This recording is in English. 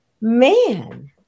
Man